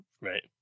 right